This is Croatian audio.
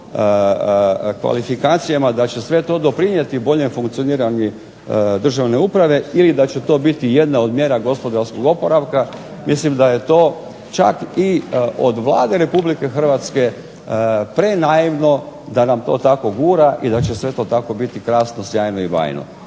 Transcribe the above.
kvalifikacijama da će sve to doprinijeti boljem funkcioniranju državne uprave ili da će to biti jedna od mjera gospodarskog oporavka mislim da je to čak i od Vlade RH prenaivno da nam to tako gura i da će sve to tako biti krasno, sjajno i bajno.